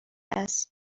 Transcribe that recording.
است